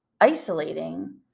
isolating